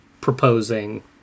proposing